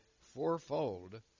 fourfold